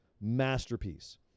masterpiece